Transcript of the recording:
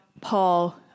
Paul